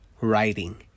writing